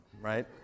right